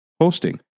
hosting